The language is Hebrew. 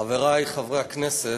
חברי חברי הכנסת,